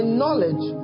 knowledge